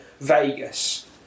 Vegas